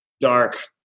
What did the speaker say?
dark